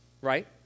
right